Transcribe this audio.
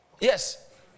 Yes